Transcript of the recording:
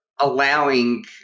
allowing